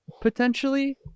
potentially